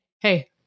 hey